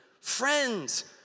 friends